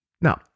Now